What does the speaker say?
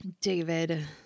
David